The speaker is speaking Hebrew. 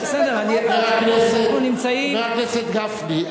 חבר הכנסת גפני.